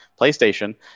playstation